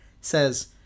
says